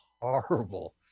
horrible